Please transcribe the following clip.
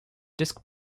disc